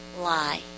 lie